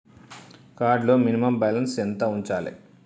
Card లో minimum balance ఎంత ఉంచాలే?